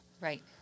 Right